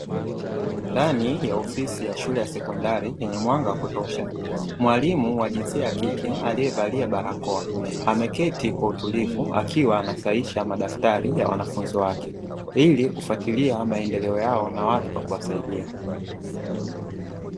Ndani ya ofisi ya shule ya sekondari yenye mwanga wa kutosha, mwalimu wa jinsia ya kike aliyevalia barakoa, ameketi kwa utulivu akiwa anasahisha madaftari ya wanafunzi wake, ili kufuatilia maendeleo yao na wapi pa kuwasaidia.